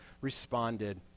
responded